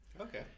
Okay